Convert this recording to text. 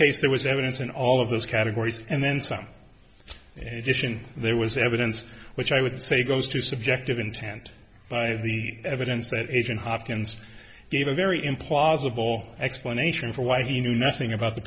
case there was evidence in all of those categories and then some an addition there was evidence which i would say goes to subjective intent of the evidence that agent hopkins gave a very implausible explanation for why he knew nothing about the